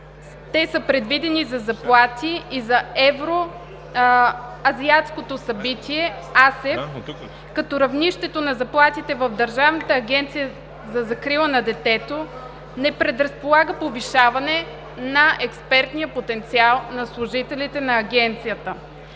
Те са предвидени за заплати и за евроазиатското събитие АСЕФ, като равнището на заплатите в Държавната агенция за закрила на детето не предразполага повишаване на експертния потенциал на служителите на Агенцията.